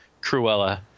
Cruella